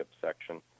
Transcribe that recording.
section